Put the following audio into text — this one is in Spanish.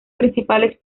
principales